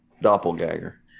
doppelganger